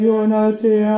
unity